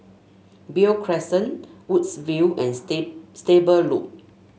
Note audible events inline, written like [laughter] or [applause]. Beo Crescent Woodsville and [unintelligible] Stable Loop